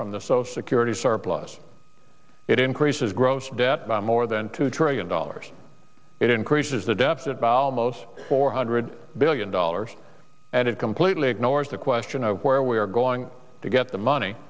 from the social security surplus it increases gross debt by more than two trillion dollars it increases the deficit by almost four hundred billion dollars and it completely ignores the question of where we are going to get the money